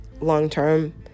long-term